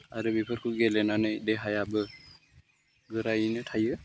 आरो बेफोरखौ गेलेनानै देहायाबो गोरायैनो थायो